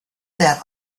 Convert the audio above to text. that